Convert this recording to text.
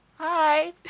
Hi